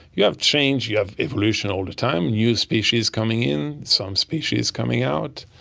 you have change, you have evolution all the time, new species coming in, some species coming out,